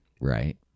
Right